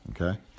okay